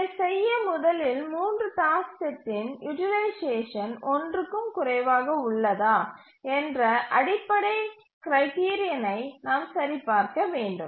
இதை செய்ய முதலில் 3 டாஸ்க் செட்டின் யூட்டிலைசேஷன் 1 க்கும் குறைவாக உள்ளதா என்ற அடிப்படை கிரைடிரியனை நாம் சரிபார்க்க வேண்டும்